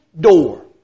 door